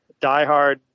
diehard